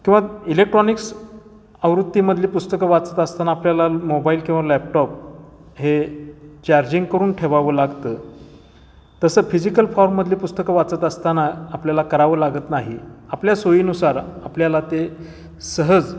किंवा इलेक्ट्रॉनिक्स आवृत्तीमधली पुस्तकं वाचत असताना आपल्याला मोबाईल किंवा लॅपटॉप हे चार्जिंग करून ठेवावं लागतं तसं फिजिकल फॉर्ममधली पुस्तकं वाचत असताना आपल्याला करावं लागत नाही आपल्या सोयीनुसार आपल्याला ते सहज